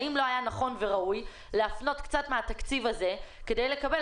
האם לא היה נכון וראוי להפנות קצת מהתקציב הזה כדי לקבל